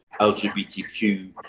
LGBTQ